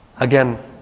Again